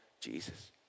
Jesus